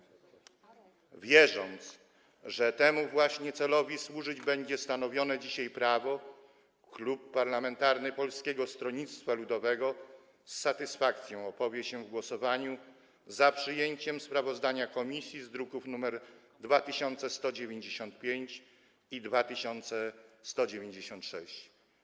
Wierząc, że temu właśnie celowi służyć będzie stanowione dzisiaj prawo, Klub Parlamentarny Polskiego Stronnictwa Ludowego z satysfakcją opowie się w głosowaniu za przyjęciem sprawozdań komisji, druki nr 2195 i 2196.